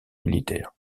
militaires